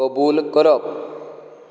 कबूल करप